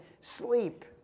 sleep